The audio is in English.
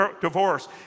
divorce